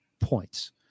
points